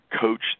coach